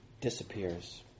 disappears